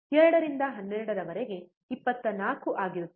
2 ರಿಂದ 12 ರವರೆಗೆ 24 ಆಗಿರುತ್ತದೆ